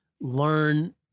learn